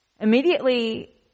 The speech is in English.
immediately